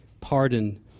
pardon